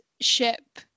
ship